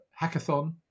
hackathon